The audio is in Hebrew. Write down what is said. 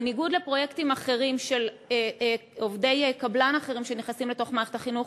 בניגוד לפרויקטים אחרים שבהם יש עובדי קבלן שנכנסים לתוך מערכת החינוך,